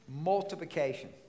multiplication